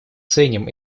ценим